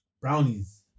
brownies